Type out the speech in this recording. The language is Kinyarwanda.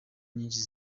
nyinshi